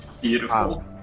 Beautiful